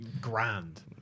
grand